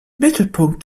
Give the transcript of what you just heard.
mittelpunkt